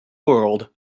world